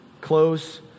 close